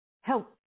Help